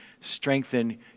strengthen